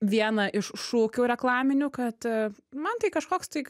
vieną iš šūkių reklaminių kad man tai kažkoks tai